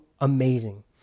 amazing